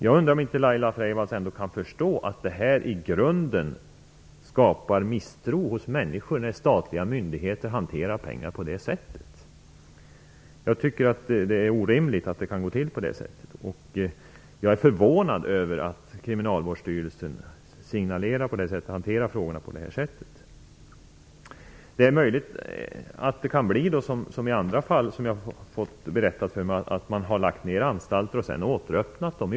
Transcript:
Jag undrar om inte Laila Freivalds ändå kan förstå att det i grunden skapar misstro hos människor när statliga myndigheter hanterar pengar på det sättet. Jag tycker att det är orimligt att det kan gå till på det sättet. Jag är förvånad över att Kriminalvårdsstyrelsen ger sådana signaler och hanterar frågorna på det här sättet. Det är möjligt att det kan bli som i andra fall som jag har fått berättat för mig. Man har lagt ner anstalter och sedan har man åter öppnat dem.